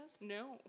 No